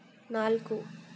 ನಾಲ್ಕು